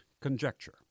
conjecture